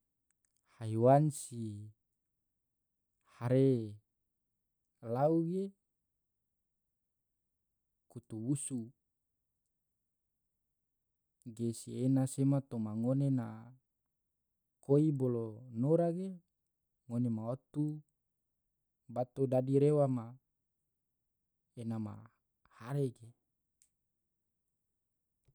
haiwan si hare lau ge, kutubusu ge si ena sema toma ngone na koi bolo nora ge ngone maotu bato dadi rewa ma ena hare ge.